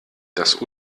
das